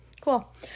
cool